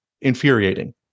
infuriating